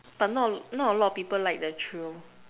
but not a not a lot of people like that thrill